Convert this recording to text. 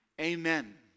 Amen